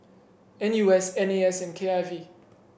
N U S N A S and K I V